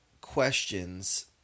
questions